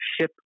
Ship